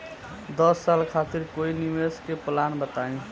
दस साल खातिर कोई निवेश के प्लान बताई?